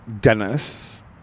Dennis